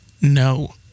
No